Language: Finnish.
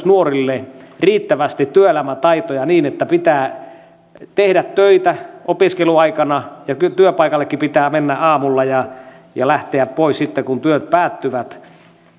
nuorille riittävästi työelämätaitoja sitä että pitää tehdä töitä opiskeluaikana ja työpaikallekin mennä aamulla ja ja lähteä pois sitten kun työt päättyvät